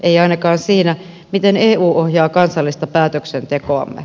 ei ainakaan siinä miten eu ohjaa kansallista päätöksentekoamme